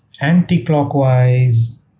anti-clockwise